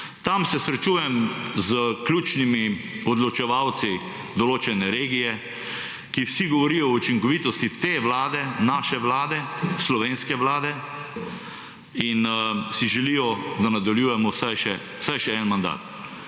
Tam se srečujem s ključnimi odločevalci določene regije, ki vsi govorijo o učinkovitosti te vlade, naše vlade, slovenske vlade in si želijo, da nadaljujemo vsaj še en mandat.